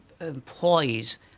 employees